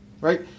Right